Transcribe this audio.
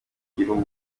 ugire